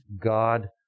God